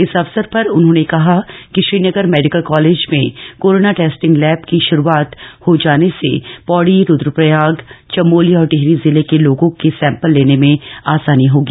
इस अवसर पर उन्होंने कहा कि श्रीनगर मेडिकल कॉलेज में कोरोना टेस्टिंग लैब की शुरूआत हो जाने से पौड़ी रुद्रप्रयाग चमोली और टिहरी जिले के लोगों के सैंपल लेने में आसानी होगी